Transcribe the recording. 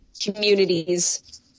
communities